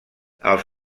els